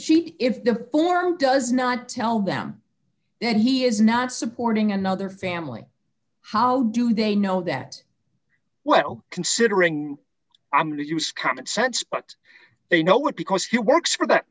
she if the form does not tell them that he is not supporting another family how do they know that well considering i'm going to use common sense but they know it because he works for that